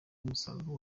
umusaruro